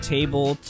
Table